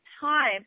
time